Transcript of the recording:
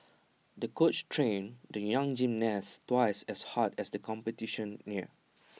the coach trained the young gymnast twice as hard as the competition neared